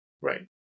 Right